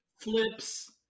flips